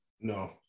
No